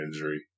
injury